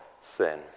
sin